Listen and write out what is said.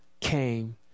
came